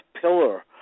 pillar